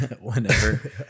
whenever